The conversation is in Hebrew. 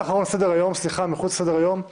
בנושא: "פרשת הכדורגלנים והקטינות".